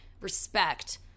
respect